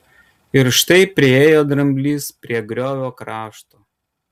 ir štai priėjo dramblys prie griovio krašto